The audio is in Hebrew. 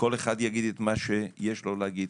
כל אחד יגיד מה שיש לו לומר.